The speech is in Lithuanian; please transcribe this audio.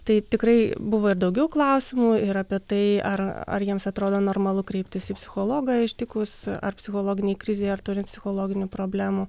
tai tikrai buvo ir daugiau klausimų ir apie tai ar ar jiems atrodo normalu kreiptis į psichologą ištikus ar psichologinei krizei ar turin psichologinių problemų